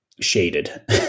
shaded